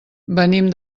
venim